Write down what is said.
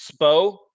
Spo